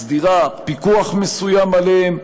מסדירה פיקוח מסוים עליהם,